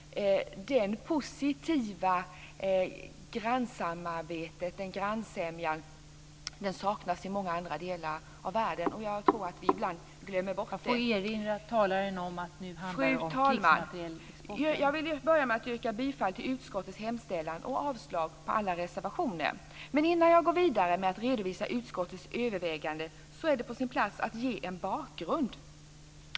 Det positiva grannsamarbetet och den grannsämjan saknas i många andra delar av världen. Fru talman! Jag vill börja med att yrka bifall till utskottets hemställan och avslag på alla reservationer. Men innan jag går vidare med att redovisa utskottets överväganden är det på sin plats att ge en bakgrund.